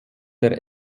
der